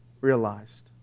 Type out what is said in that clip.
realized